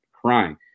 crying